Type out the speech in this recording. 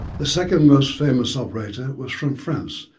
the second most famous operator was from france,